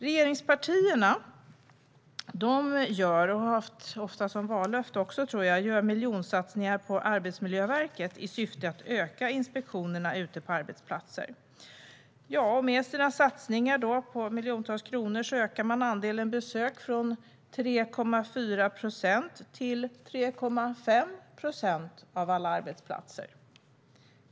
Regeringspartierna gör, och har ofta också haft som vallöfte, miljonsatsningar på Arbetsmiljöverket i syfte att öka inspektionerna ute på arbetsplatser. Med sina satsningar på miljontals kronor ökar man andelen besök från 3,4 till 3,5 procent av alla arbetsplatser.